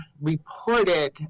reported